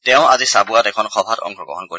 তেওঁ আজি চাবুৱাত এখন সভাত অংশগ্ৰহণ কৰিব